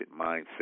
mindset